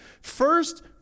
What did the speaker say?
First